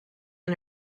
and